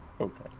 Okay